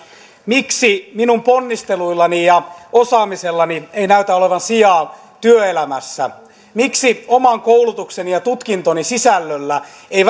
miksi minun ponnisteluillani ja osaamisellani ei näytä olevan sijaa työelämässä miksi oman koulutukseni ja ja tutkintoni sisällölle ei